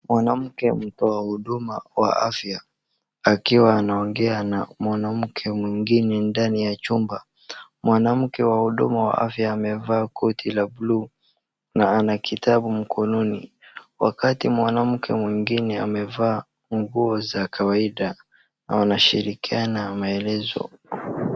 Mwanamke wa huduma wa afya akiwa anaongea na mwanamke mwingine ndani ya chumba. Mwanamke wa huduma ya afya amevaa koti la bluu na ana kitabu mkononi wakati mwanamke mwingine amevaa nguo za kawaida. wanashirikiana maelezo.